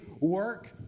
work